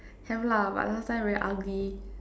have lah but last time very ugly